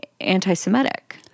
anti-Semitic